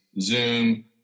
Zoom